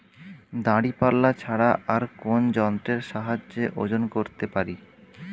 দাঁড়িপাল্লা ছাড়া আর কোন যন্ত্রের সাহায্যে ওজন করতে পারি?